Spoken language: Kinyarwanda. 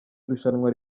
irushanwa